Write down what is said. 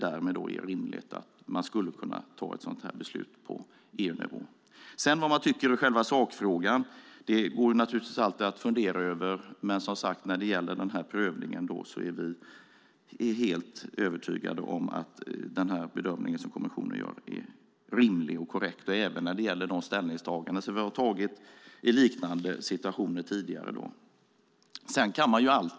Därmed är det rimligt att man fattar ett sådant här beslut på EU-nivå. Det går naturligtvis alltid att fundera över vad man tycker i själva sakfrågan, men när det gäller prövningen är vi helt övertygade om att den bedömning som kommissionen gör är rimlig och korrekt. Det gäller även de ställningstaganden som vi har gjort i liknande situationer tidigare.